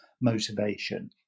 motivation